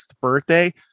birthday